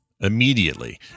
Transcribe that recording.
immediately